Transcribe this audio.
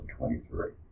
2023